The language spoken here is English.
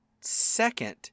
second